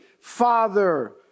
father